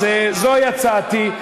אז זוהי הצעתי.